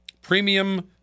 Premium